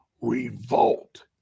revolt